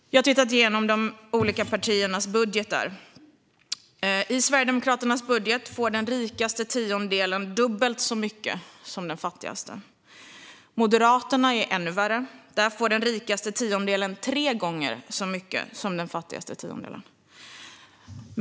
Jag har tittat igenom de olika partiernas budgetar. I Sverigedemokraternas budget får den rikaste tiondelen dubbelt som mycket som den fattigaste. Moderaterna är värre; här får den rikaste tiondelen tre gånger så mycket som den fattigaste.